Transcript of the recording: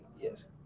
Yes